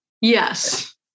Yes